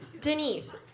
Denise